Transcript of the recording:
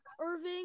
Irving